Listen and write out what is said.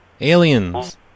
Aliens